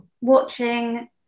watching